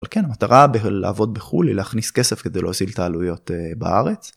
כן המטרה בלעבוד בחו"ל להכניס כסף כדי להוזיל תעלויות בארץ.